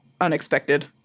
unexpected